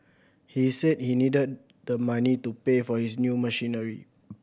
he said he needed the money to pay for his new machinery